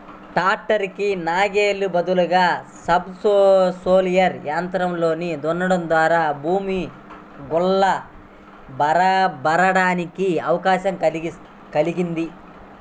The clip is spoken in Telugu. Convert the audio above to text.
ట్రాక్టర్ కి నాగలి బదులుగా సబ్ సోయిలర్ యంత్రంతో దున్నడం ద్వారా భూమి గుల్ల బారడానికి అవకాశం కల్గిద్ది